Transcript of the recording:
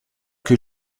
que